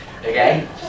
Okay